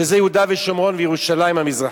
שזה יהודה ושומרון וירושלים המזרחית?